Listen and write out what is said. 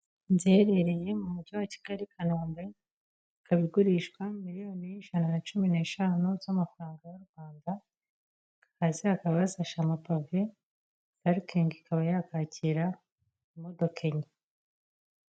Inzu iherereye mu mugi wa Kigali i kanombe, ikaba igurishwa miriyoni ijana na cumi n'eshanu z'amafaranga y'u Rwanda, hasi hakaba hasashe amapave, parikingi ikaba yakwakira imodoka enye.